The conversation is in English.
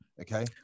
okay